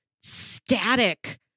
static